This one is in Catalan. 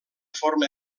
forma